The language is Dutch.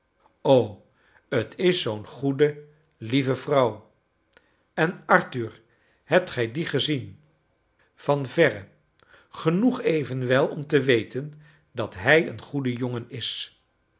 o t is zoo'n goede lieve vrouw en arthur hebt gij dien gezien van verre genoeg evenwel om te weten dat hij een goede jongen is